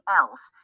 else